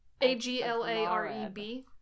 A-G-L-A-R-E-B